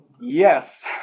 Yes